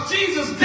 Jesus